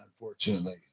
unfortunately